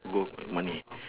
gold and money